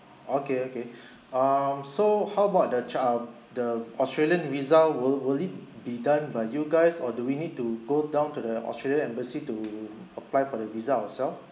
okay okay um so how about the cha~ um the australian visa will will it be done by you guys or do we need to go down to the australian embassy to apply for the visa ourself